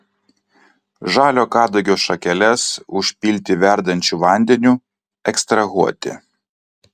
žalio kadagio šakeles užpilti verdančiu vandeniu ekstrahuoti